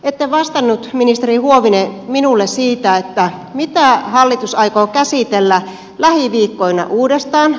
ette vastannut ministeri huovinen minulle siihen mitä hallitus aikoo käsitellä lähiviikkoina uudestaan